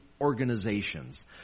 organizations